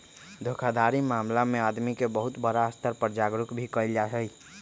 धोखाधड़ी मामला में आदमी के बहुत बड़ा स्तर पर जागरूक भी कइल जाहई